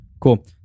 Cool